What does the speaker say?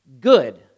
good